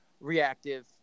reactive